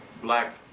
Black